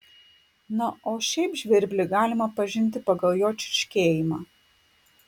na o šiaip žvirblį galima pažinti pagal jo čirškėjimą